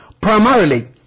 Primarily